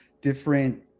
different